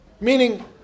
Meaning